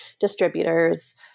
distributors